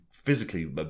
Physically